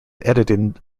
edited